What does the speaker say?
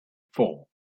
four